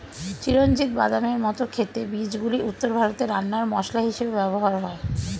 চিরঞ্জিত বাদামের মত খেতে বীজগুলি উত্তর ভারতে রান্নার মসলা হিসেবে ব্যবহার হয়